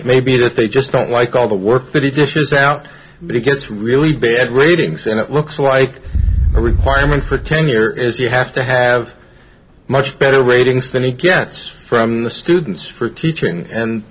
it may be that they just don't like all the work that it issues out but it gets really bad ratings and it looks like a requirement for tenure is you have to have much better ratings than he gets from the students for teaching and